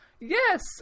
yes